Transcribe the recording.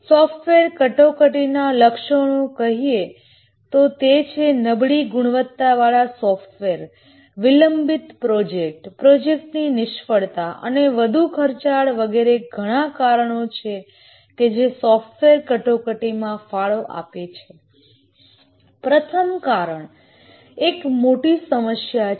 software ક્રાયસીસના લક્ષણો કહીતો તે છે નબળી ગુણવત્તાવાળા સોફ્ટવેર વિલંબિત પ્રોજેક્ટ્ પ્રોજેક્ટની નિષ્ફળતા અને વધુ ખર્ચાળ વગેરે ઘણાં કારણો છે જે સોફ્ટવેર કટોકટીમાં ફાળો આપે છે પ્રથમ કારણ એક મોટી સમસ્યા છે